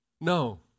No